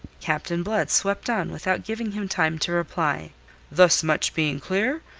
captain blood swept on without giving him time to reply thus much being clear,